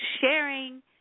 sharing